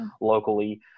locally